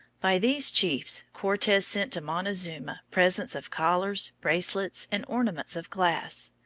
by these chiefs cortes sent to montezuma presents of collars, bracelets, and ornaments of glass,